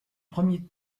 premier